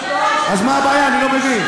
אז מה הבעיה, אני לא מבין.